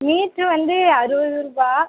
metre வந்து அறுபது ரூபாய்